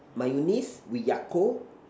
mayonnaise with Yakult